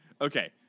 Okay